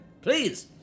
please